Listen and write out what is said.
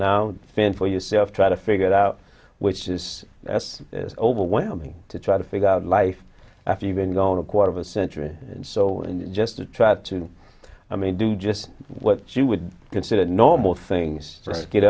now fend for yourself try to figure it out which is that's overwhelming to try to figure out life after you've been gone a quarter of a century and so and just to try to do just what she would consider normal things trying to get